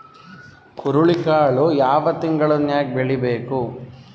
ಹುರುಳಿಕಾಳು ಯಾವ ತಿಂಗಳು ನ್ಯಾಗ್ ಬೆಳಿಬೇಕು?